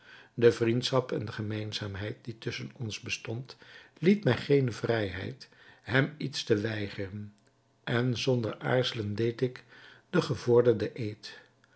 de vriendschap en de gemeenzaamheid die tusschen ons bestond lieten mij geene vrijheid hem iets te weigeren en zonder aarzelen deed ik den gevorderden eed